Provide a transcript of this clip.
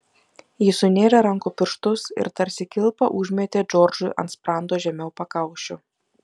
jis sunėrė rankų pirštus ir tarsi kilpą užmetė džordžui ant sprando žemiau pakaušio